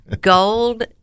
Gold